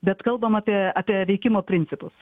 bet kalbam apie apie veikimo principus